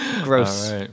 Gross